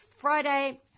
Friday